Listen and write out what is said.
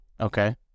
Okay